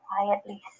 quietly